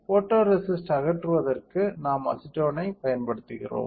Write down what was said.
போட்டோரேசிஸ்ட்டை அகற்றுவதற்கு நாம் அசிட்டோனைப் பயன்படுத்துகிறோம்